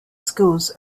schools